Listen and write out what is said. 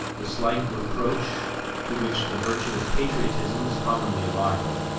the slight reproach to which the virtue of patriotism is commonly liable,